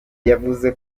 yavuze